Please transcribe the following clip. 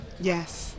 Yes